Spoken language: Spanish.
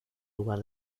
lugar